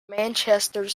manchester